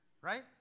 right